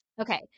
Okay